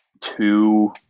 two